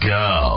go